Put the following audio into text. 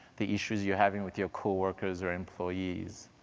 the issues you are having with your coworkers or employees.